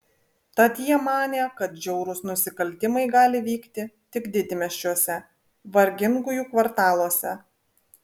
tad jie manė kad žiaurūs nusikaltimai gali vykti tik didmiesčiuose vargingųjų kvartaluose